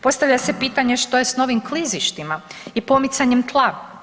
Postavlja se pitanje što s novim klizištima i pomicanjem tla?